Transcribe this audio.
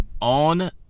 on